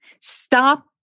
Stop